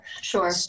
Sure